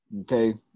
Okay